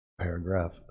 Paragraph